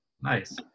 Nice